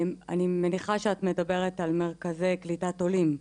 אני מניחה שאת מדברת על מרכזי קליטת עולים,